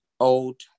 old